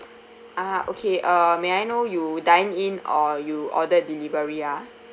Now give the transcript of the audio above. ah okay uh may I know you dined in or you ordered delivery ah